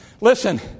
Listen